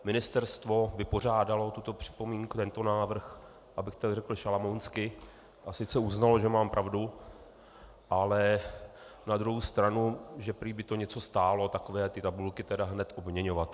Ministerstvo vypořádalo tuto připomínku, tento návrh, abych tak řekl, šalamounsky, a sice uznalo, že mám pravdu, ale na druhou stranu, že prý by to něco stálo takové ty tabulky hned obměňovat.